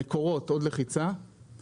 המקורות, כפי שהזכירו,